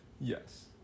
Yes